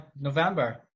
November